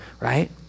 right